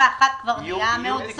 גם לגבי תקציב 2021 זה נעשה מאוד צפוף,